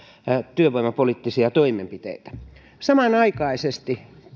työvoimapoliittisia toimenpiteitä samanaikaisesti